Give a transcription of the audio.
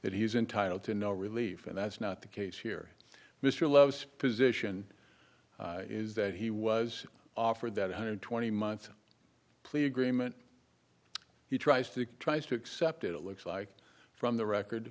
that he's entitled to no relief and that's not the case here mr love's position is that he was offered that one hundred and twenty months plea agreement he tries to tries to accept it looks like from the record